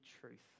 truth